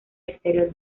exterior